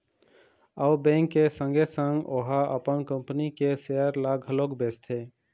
अउ बेंक के संगे संग ओहा अपन कंपनी के सेयर ल घलोक बेचथे